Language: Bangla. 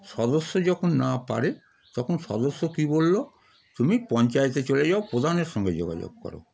সদস্য যখন না পারে তখন সদস্য কী বলল তুমি পঞ্চায়েতে চলে যাও প্রধানের সঙ্গে যোগাযোগ করো